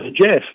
Jeff